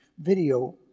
video